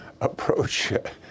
approach